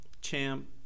champ